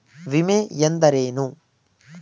ವಿಮೆ ಎಂದರೇನು?